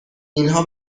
اینها